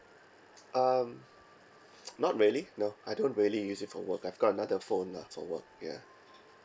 um not really no I don't really use it for work I've got another phone lah for work ya